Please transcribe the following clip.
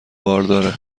بارداره